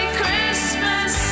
Christmas